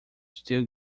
still